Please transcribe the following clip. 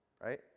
right